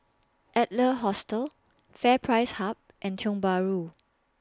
Adler Hostel FairPrice Hub and Tiong Bahru